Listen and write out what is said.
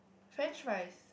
french fries